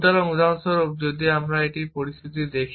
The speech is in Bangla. সুতরাং উদাহরণস্বরূপ যদি আমি এই মত একটি পরিস্থিতি আছে